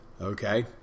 Okay